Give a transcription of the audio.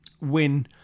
win